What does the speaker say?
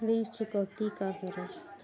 ऋण चुकौती का हरय?